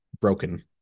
broken